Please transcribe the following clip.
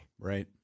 Right